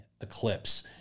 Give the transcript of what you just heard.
Eclipse